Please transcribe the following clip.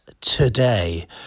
today